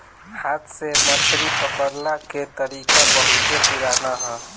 हाथ से मछरी पकड़ला के तरीका बहुते पुरान ह